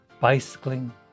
bicycling